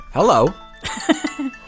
Hello